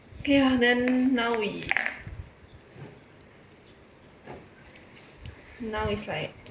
okay ah then now we like now is like